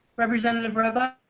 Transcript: representative brother.